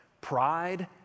pride